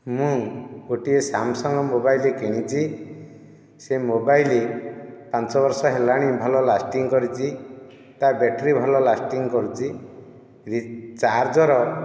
ମୁଁ ଗୋଟିଏ Samsung mobile କିଣିଛି ସେଇ ମୋବାଇଲ ପାଞ୍ଚ ବର୍ଷ ହେଲାଣି ଭଲ ଲାଷ୍ଟିଙ୍ଗ କରିଛି ତା ବ୍ୟାଟେରୀ ଭଲ ଲାଷ୍ଟିଙ୍ଗ କରୁଛି ଚାର୍ଜର